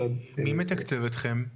מי מתקצב אתכם?